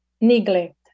Neglect